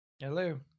Hello